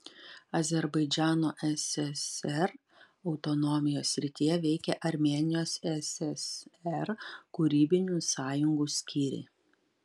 azerbaidžano ssr autonomijos srityje veikė armėnijos ssr kūrybinių sąjungų skyriai